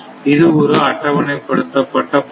இது ஒரு அட்டவணைப்படுத்தப்பட்ட பவர்